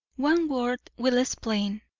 one word will explain.